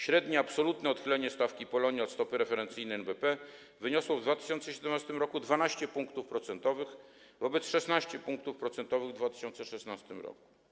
Średnie absolutne odchylenie stawki Polonia od stopy referencyjnej NBP wyniosło w 2017 r. 12 punktów procentowych wobec 16 punktów procentowych w 2016 r.